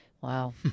Wow